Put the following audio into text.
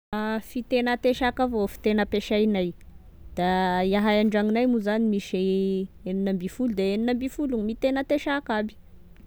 A fiteny atesaka avao fiteny ampesainay, da iahay andragnonay moa zany misy enina ambifolo, de enina ambifolo miteny atesaka aby